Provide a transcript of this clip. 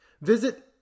Visit